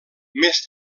més